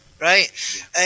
right